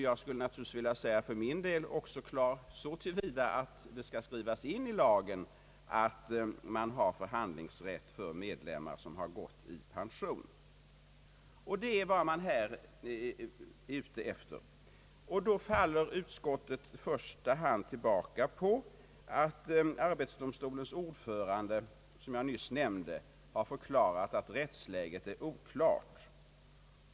Jag skulle för min del vilja att det skrivs in i lagen, att en organisation har förhandlingsrätt för medlemmar, som har gått i pension. Utskottet faller i första hand tillbaka på att arbetsdomstolens ordförande, såsom jag nyss nämnde, har förklarat att rättsläget är oklart.